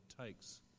takes